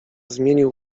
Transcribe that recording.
zmienił